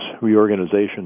reorganization